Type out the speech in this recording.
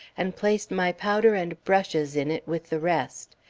and placed my powder and brushes in it with the rest.